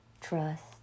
trust